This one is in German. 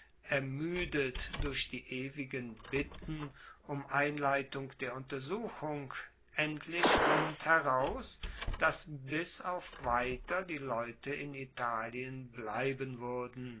ermuedet durch die ewigen bitten um einleitung der untersuchung endlich rundheraus dass bis auf weiter die leute in italien bleiben wuerden